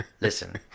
listen